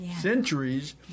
centuries